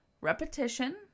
repetition